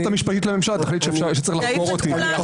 המשפטית לממשלה תחליט שצריך לחקור אותי.